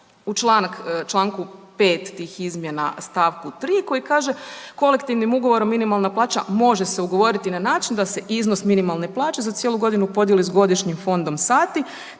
u čl. 5. tih izmjena st. 3. koji kaže kolektivnim ugovorom minimalna plaća može se ugovoriti na način da se iznos minimalne plaće za cijelu godinu podijeli s godišnjim fondom sati,